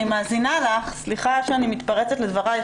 סליחה שאני מתפרצת לדברייך.